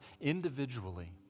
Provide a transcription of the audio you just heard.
individually